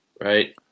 right